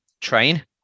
train